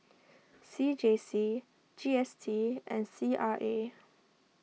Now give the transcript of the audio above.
C J C G S T and C R A